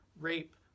rape